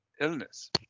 illness